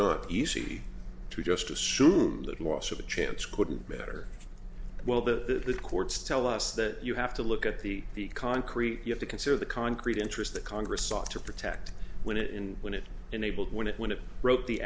not easy to just assume that loss of a chance couldn't be better well the courts tell us that you have to look at the the concrete you have to consider the concrete interest that congress sought to protect when it in when it enabled when it when it broke the